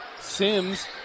Sims